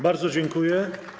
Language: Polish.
Bardzo dziękuję.